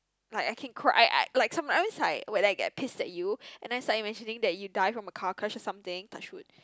like I can cry I I like sometimes when I get pissed at you and then suddenly imagining that you die from a car crash or something touch wood